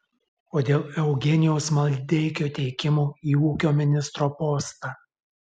o dėl eugenijaus maldeikio teikimo į ūkio ministro postą